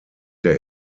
der